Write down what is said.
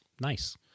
nice